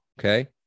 Okay